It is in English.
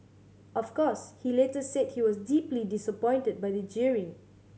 of course he later said he was deeply disappointed by the jeering